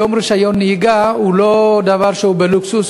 היום רישיון נהיגה הוא לא דבר שהוא לוקסוס,